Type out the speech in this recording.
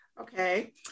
Okay